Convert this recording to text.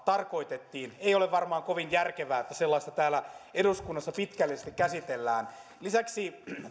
tarkoitettiin ei ole varmaan kovin järkevää että sellaista täällä eduskunnassa pitkällisesti käsitellään lisäksi